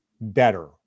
better